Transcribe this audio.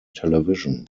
television